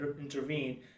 intervene